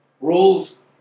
Rules